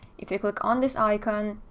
if you click on this icon,